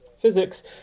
physics